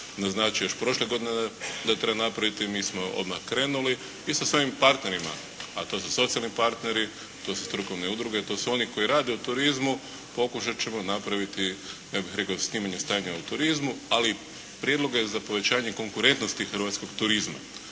naznačio još prošle godine da treba napraviti i mi smo odmah krenuli isto s novim partnerima, a to su socijalni partneri, to su strukovne udruge, to su oni koji rade u turizmu. Pokušat ćemo napraviti neko ja bih rekao snimanje stanja u turizmu, ali i prijedloge za povećanje konkurentnosti hrvatskog turizma.